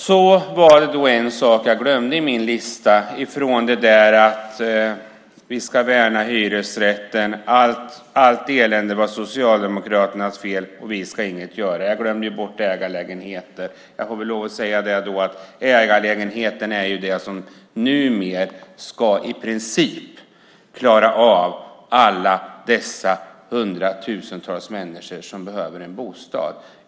Fru talman! Jag glömde en sak i min lista om att regeringen ska värna hyresrätten, att allt elände var Socialdemokraternas fel och att regeringen ska inget göra. Jag glömde bort ägarlägenheter. Ägarlägenheter är det som numera i princip ska klara alla dessa hundratusentals människor som behöver en bostad.